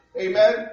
Amen